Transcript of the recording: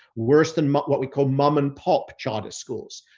worse than but what we call mom and pop charter schools,